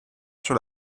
sur